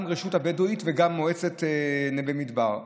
הרשות הבדואית וגם מועצת נווה מדבר.